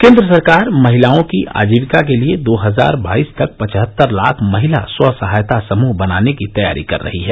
केन्द्र सरकार महिलाओं की आजीविका के लिए दो हजार बाईस तक पचहत्तर लाख महिला स्व सहायता समृह बनाने की तैयारी कर रही है